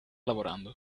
lavorando